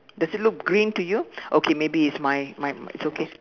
does it look green to you okay maybe it's my my it's okay